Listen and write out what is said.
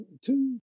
Two